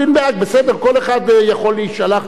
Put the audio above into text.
כל אחד יכול להישלח ולמצוא,